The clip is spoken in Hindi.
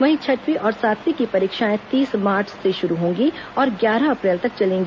वहीं छठवीं और सातवीं की परीक्षाएं तीस मार्च से शुरू होंगी और ग्यारह अप्रैल तक चलेंगी